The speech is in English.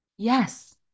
Yes